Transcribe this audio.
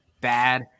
bad